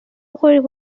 কৰিব